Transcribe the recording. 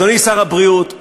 אדוני שר הבריאות,